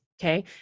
Okay